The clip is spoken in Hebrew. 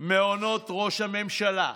מעונות ראש הממשלה?